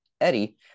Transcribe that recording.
Eddie